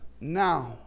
now